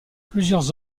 plusieurs